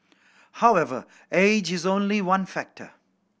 however age is only one factor